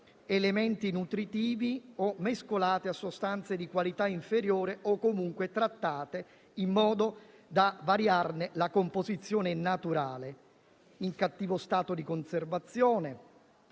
elementi nutritivi o mescolate a sostanze di qualità inferiore o comunque trattate in modo da variarne la composizione naturale, in cattivo stato di conservazione,